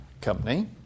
company